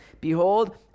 Behold